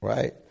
Right